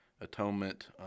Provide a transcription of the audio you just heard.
atonement